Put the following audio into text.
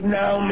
now